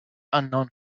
unknown